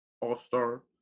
all-star